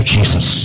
Jesus